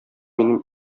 минем